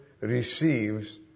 receives